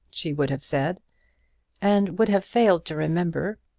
she would have said and would have failed to remember,